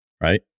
right